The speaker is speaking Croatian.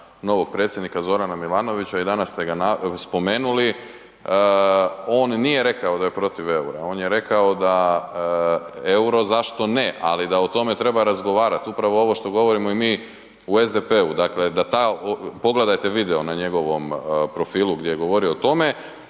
novog predsjednika Zorana Milanovića i danas ste ga spomenuli. On nije rekao da je protiv EUR-a, on je rekao da EUR-o zašto ne, ali da o tome treba razgovarati, upravo ovo što govorimo i mi u SDP-u. Dakle, da ta, pogledajte video na njegovom profilu gdje je govorio o tome.